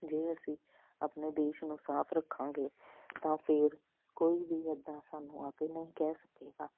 ਜੇ ਅਸੀਂ ਆਪਣੇ ਦੇਸ਼ ਨੂੰ ਸਾਫ ਰੱਖਾਂਗੇ ਤਾਂ ਫਿਰ ਕੋਈ ਵੀ ਇੱਦਾਂ ਸਾਨੂੰ ਆ ਕੇ ਨਹੀਂ ਕਹਿ ਸਕੇਗਾ